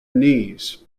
knees